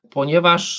Ponieważ